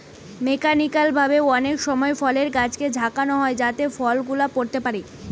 mechanical ভাবে অনেক সময় ফলের গাছকে ঝাঁকানো হয় যাতে ফল গুলা পড়তে পারে